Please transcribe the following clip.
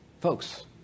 folks